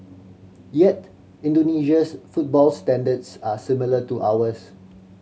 yet Indonesia's football standards are similar to ours